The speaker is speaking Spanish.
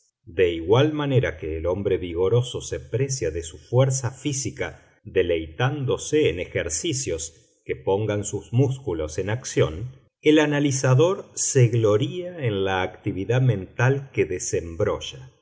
de igual manera que el hombre vigoroso se precia de su fuerza física deleitándose en ejercicios que pongan sus músculos en acción el analizador se gloria en la actividad mental que